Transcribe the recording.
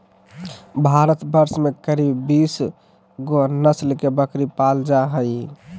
भारतवर्ष में करीब बीस गो नस्ल के बकरी पाल जा हइ